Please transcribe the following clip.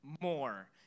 more